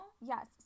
Yes